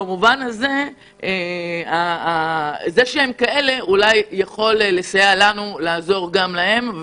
במובן הזה זה יכול לסייע לנו לעזור להם.